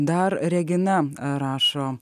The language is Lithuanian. dar regina rašo